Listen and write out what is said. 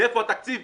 מאיפה התקציב?